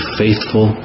faithful